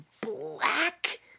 black